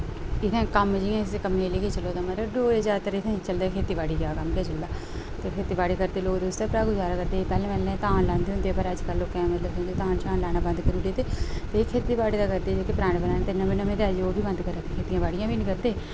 जि'यां इक कम्म जि'यां इक कम्मै ई लेइयै चलो तां मतलब डोगरे जागत जेह्ड़े चलदे खेती बाड़ी दा कम्म उं'दे चलदा ते खेती बाड़ी करदे लोक तां उसदे शा गुजारा करदे पैह्लें पैह्लें धान लांदे होंदे हे पर अजकल लोकें मतलब धान शान लाना बंद करी ओड़े ते एह् खेती बाड़ी दा करदे जेह्के पराने पराने ते नमें नमें ते अज्ज ओह् बी बंद करै दे खेती बाड़ी बी नेईं करदे